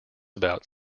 about